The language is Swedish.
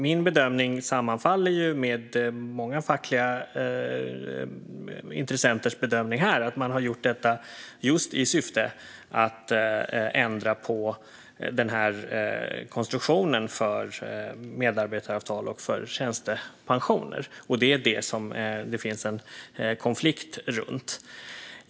Min bedömning sammanfaller med många fackliga intressenters bedömning, nämligen att man har gjort det just i syfte att ändra på konstruktionen för medarbetaravtal och tjänstepensioner. Det är detta det finns en konflikt runt.